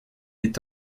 est